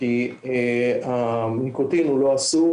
כי הניקוטין הוא לא אסור,